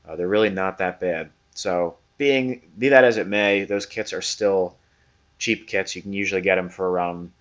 ah they're really not that bad so being be that as it may those kits are still cheap kits you can usually get them for around,